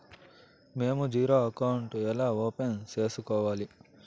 మేము zero account ఎలా open సేసుకోవాలి